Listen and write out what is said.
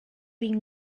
been